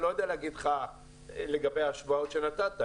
אני לא יודע להגיד לך לגבי ההשוואות שנתת.